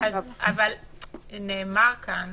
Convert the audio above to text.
נאמר כאן